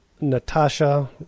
Natasha